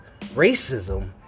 racism